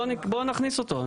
בואו נכניס אותו.